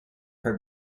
her